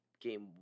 game